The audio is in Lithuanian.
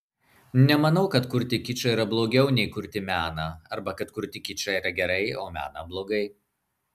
nemanau kad kurti kičą yra blogiau nei kurti meną arba kad kurti kičą yra gerai o meną blogai